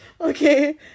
Okay